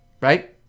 right